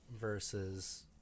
versus